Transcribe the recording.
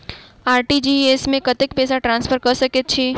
RTGS मे कतेक पैसा ट्रान्सफर कऽ सकैत छी?